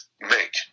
make